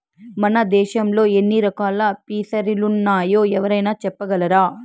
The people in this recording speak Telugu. మన దేశంలో ఎన్ని రకాల ఫిసరీలున్నాయో ఎవరైనా చెప్పగలరా